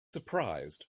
surprised